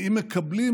ואם מקבלים,